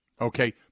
okay